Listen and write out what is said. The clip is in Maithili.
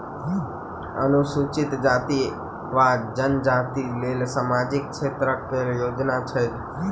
अनुसूचित जाति वा जनजाति लेल सामाजिक क्षेत्रक केँ योजना छैक?